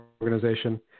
organization